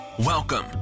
Welcome